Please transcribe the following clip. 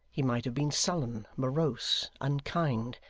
he might have been sullen, morose, unkind,